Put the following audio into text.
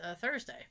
Thursday